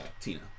Tina